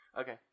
Okay